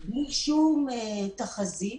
בלי שום תחזית.